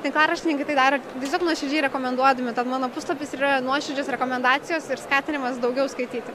tinklaraštininkai tai daro tiesiog nuoširdžiai rekomenduodami tad mano puslapis ir yra nuoširdžios rekomendacijos ir skatinimas daugiau skaityti